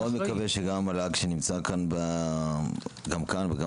אני מאוד מקווה שגם המל"ג שנמצא גם כאן וגם